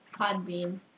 Podbean